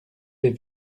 des